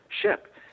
ship